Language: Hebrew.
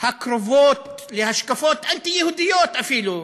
הקרובות להשקפות אנטי-יהודיות אפילו,